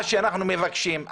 אנחנו מבקשים.